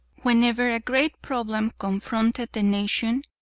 whenever a great problem confronted the nation,